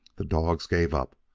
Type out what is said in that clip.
the dogs gave up,